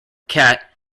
cat